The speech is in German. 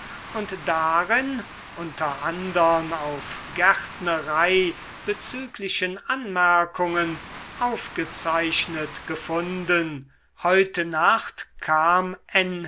und darin unter andern auf gärtnerei bezüglichen anmerkungen aufgezeichnet gefunden heute nacht kam